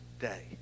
day